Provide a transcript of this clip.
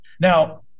Now